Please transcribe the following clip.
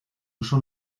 uso